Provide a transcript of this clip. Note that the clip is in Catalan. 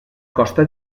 costa